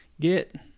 Get